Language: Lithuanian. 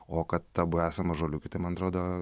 o kad abu esam ąžuoliukai tai man atrodo